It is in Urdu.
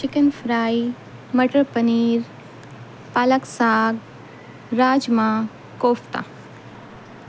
chicken fry matar paneer palak saag rajma kofta